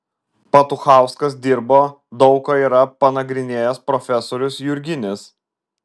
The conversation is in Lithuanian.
petuchauskas dirbo daug ką yra panagrinėjęs profesorius jurginis